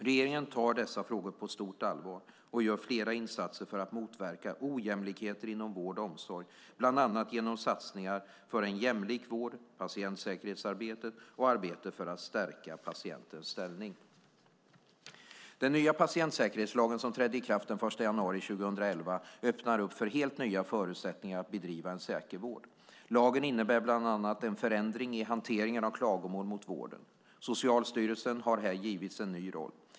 Regeringen tar dessa frågor på stort allvar och gör flera insatser för att motverka ojämlikheter inom vård och omsorg, bland annat genom satsningar för en jämlik vård, genom patientsäkerhetsarbetet och genom arbetet för att stärka patientens ställning. Den nya patientsäkerhetslagen, som trädde i kraft den 1 januari 2011, öppnar upp för helt nya förutsättningar att bedriva en säker vård. Lagen innebär bland annat en förändring i hanteringen av klagomål mot vården. Socialstyrelsen har här givits en ny roll.